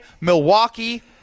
Milwaukee